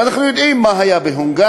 ואנחנו יודעים מה היה בהונגריה,